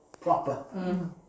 proper